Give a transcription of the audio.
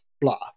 blah